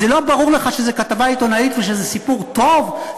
זה לא ברור לך שזו כתבה עיתונאית ושזה סיפור טוב?